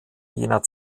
jener